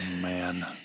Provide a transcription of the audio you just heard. Man